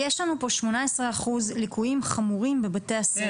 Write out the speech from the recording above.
יש לנו פה 18% ליקויים חמורים בבתי הספר.